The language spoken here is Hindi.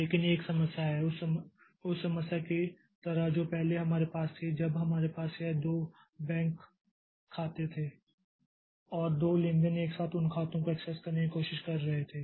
लेकिन एक समस्या है उस समस्या की तरह जो पहले हमारे पास थी जब हमारे पास यह दो बैंक खाते थे और दो लेनदेन एक साथ उन खातों को एक्सेस करने की कोशिश कर रहे थे